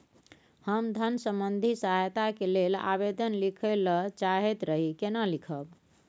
हम धन संबंधी सहायता के लैल आवेदन लिखय ल चाहैत रही केना लिखब?